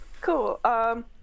cool